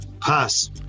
pass